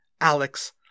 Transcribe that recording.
Alex